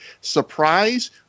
surprise